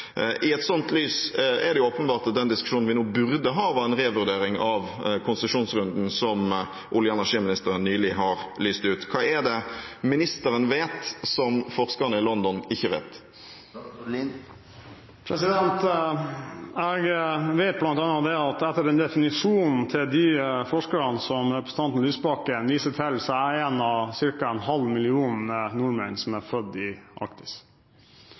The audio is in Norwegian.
I et slikt lys er det åpenbart at den diskusjonen vi nå burde ha, var en revurdering av konsesjonsrunden som olje- og energiministeren nylig har lyst ut. Hva er det ministeren vet, som forskerne i London ikke vet? Jeg vet bl.a. at etter definisjonen til de forskerne som representanten Lysbakken viste til, er jeg en av ca. en halv million nordmenn som er født i Arktis.